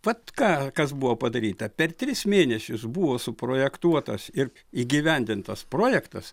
vat ką kas buvo padaryta per tris mėnesius buvo suprojektuotas ir įgyvendintas projektas